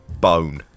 bone